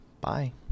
Bye